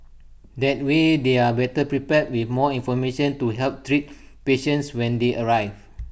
that way they are better prepared with more information to help treat patients when they arrive